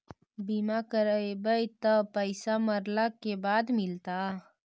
बिमा करैबैय त पैसा मरला के बाद मिलता?